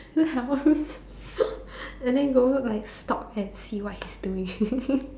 his house and then go like stalk and see what he's doing